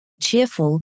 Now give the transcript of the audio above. Cheerful